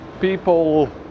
People